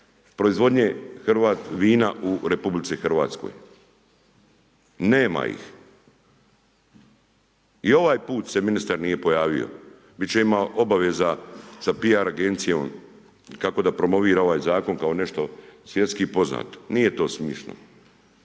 proizvodnje hrvat vina u RH. Nema ih. I ovaj put se ministar nije pojavio, bit će ima obaveza sa PR agencijom kako da promovira ovaj zakon kao nešto svjetski poznato, nije to smiješno,